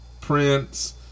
prince